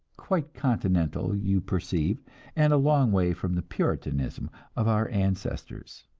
quite continental, you perceive and a long way from the puritanism of our ancestors!